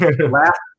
last